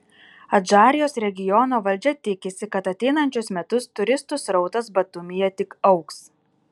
adžarijos regiono valdžia tikisi kad ateinančius metus turistų srautas batumyje tik augs